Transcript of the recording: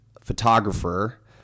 photographer